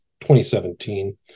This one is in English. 2017